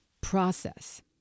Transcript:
process